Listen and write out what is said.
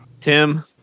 Tim